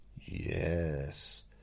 Yes